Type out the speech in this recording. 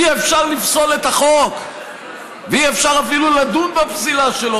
אי-אפשר לפסול את החוק ואי-אפשר אפילו לדון בפסילה שלו.